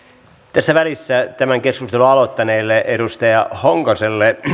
tässä välissä tämän keskustelun aloittaneelle edustaja honkoselle